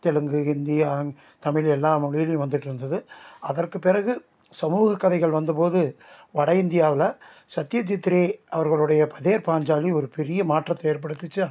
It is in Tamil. தெலுங்கு ஹிந்தி தமிழ் எல்லா மொழியிலையும் வந்துகிட்ருந்துது அதற்கு பிறகு சமூக கதைகள் வந்தபோது வட இந்தியாவில் சத்திய ஜித்ரே அவர்களுடைய பதே பாஞ்சாலியும் ஒரு பெரிய மாற்றத்தை ஏற்படுத்திச்சா